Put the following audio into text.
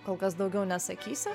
kol kas daugiau nesakysiu